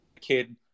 kid